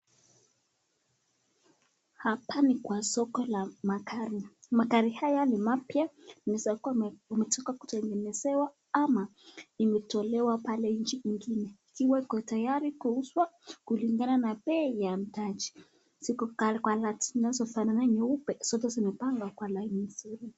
Hapa ni kwa soko la magari, magari haya ni mapya yanaweza kuwa yametoka kutengenezewa ama imetolewa pale nchi ingine, zikiwa ziko tayari kuuzwa kulingana na bei ya mhitaji ziko kwa rangi inazo fanana, nyeupe zimepangwa kwa laini mzuri.